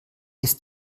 ist